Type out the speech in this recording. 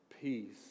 peace